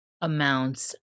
amounts